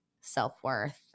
self-worth